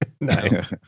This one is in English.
Nice